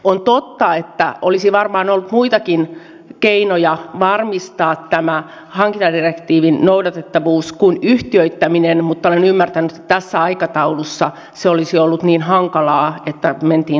on totta että olisi varmaan ollut muitakin keinoja varmistaa tämä hankintadirektiivin noudatettavuus kuin yhtiöittäminen mutta olen ymmärtänyt että tässä aikataulussa se olisi ollut niin hankalaa että mentiin tähän osakeyhtiömuotoon